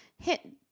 hit